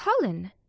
Colin